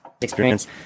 experience